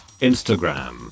Instagram